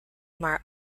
amar